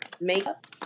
makeup